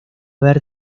ver